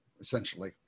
essentially